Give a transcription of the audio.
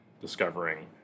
discovering